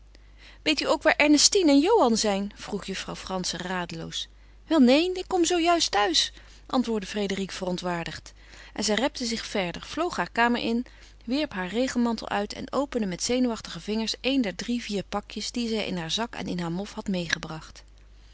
weet u ook waar ernestine en johan zijn vroeg juffrouw frantzen radeloos wel neen ik kom zoo juist thuis antwoordde frédérique verontwaardigd en zij repte zich verder vloog haar kamer in wierp haar regenmantel uit en opende met zenuwachtige vingers een der drie vier pakjes die zij in haar zak en in haar mof had meêgebracht